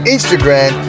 Instagram